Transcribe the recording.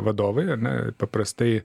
vadovai ar ne paprastai